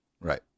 Right